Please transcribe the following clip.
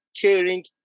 caring